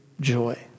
joy